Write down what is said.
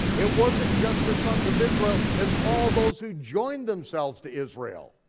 it wasn't just the sons of israel, it's all those who joined themselves to israel.